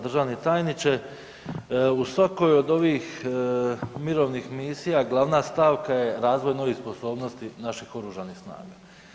Državni tajniče, u svakoj od ovih mirovnih misija glavna stavka je „razvoj novih sposobnosti naših oružanih snaga.